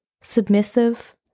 submissive